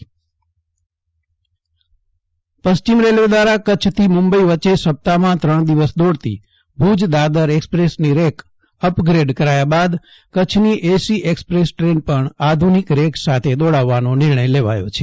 Jaydeep Vaishnav Dadar express rake પશ્ચિમ railway દ્વારા કચ્છથી મુંબઈ વચ્ચે સપ્તાહમાં ત્રણ દિવસ દોડતી ભુજ દાદર એક્સપ્રેસની રેક અપગ્રેડ કરાયા બાદ કચ્છની એસી એક્સપ્રેસ ટ્રેન પણ આધુનિક રેક સાથે દોડાવવા નિર્ણય લેવાયો છે